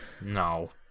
No